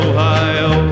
Ohio